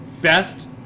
best